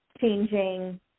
changing